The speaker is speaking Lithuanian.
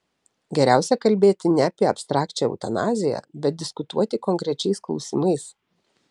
geriausia kalbėti ne apie abstrakčią eutanaziją bet diskutuoti konkrečiais klausimais